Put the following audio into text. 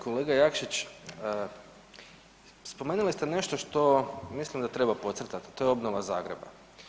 Kolega Jakšić, spomenuli ste nešto što mislim da treba podcrtati, to je obnova Zagreba.